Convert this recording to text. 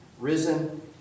risen